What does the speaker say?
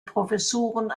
professuren